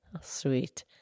Sweet